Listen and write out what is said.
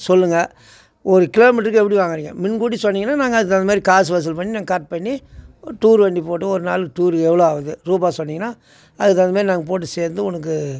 சொல்லுங்க ஒரு கிலோமீட்டருக்கு எப்படி வாங்குகிறீங்க முன்கூட்டி சொன்னீங்கன்னால் நாங்கள் அதுக்கு தகுந்தமாரி காசு வசூல் பண்ணி நாங்கள் கரெக்ட் பண்ணி டூர் வண்டி போட்டு ஒரு நாள் டூர்க்கு எவ்வளோ ஆகுது ரூபா சொன்னீங்கனால் அதுக்கு தகுந்தமாரி நாங்கள் போட்டு சேர்ந்து உனக்கு